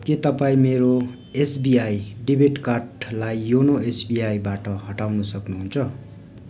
के तपाईँ मेरो एसबिआई डेबिट कार्डलाई योनो एसबिआईबाट हटाउन सक्नुहुन्छ